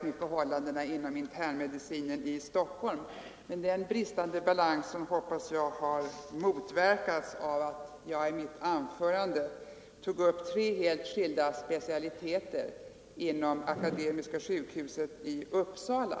från förhållandena inom internmedicinen i Stockholm, men jag hoppas att den bristande balansen har motverkats av att jag i mitt anförande tog upp tre helt skilda specialiteter vid Akademiska sjukhuset i Uppsala.